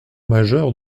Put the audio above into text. majeure